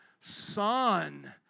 son